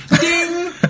Ding